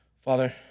Father